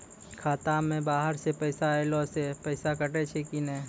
खाता मे बाहर से पैसा ऐलो से पैसा कटै छै कि नै?